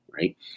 Right